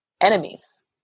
enemies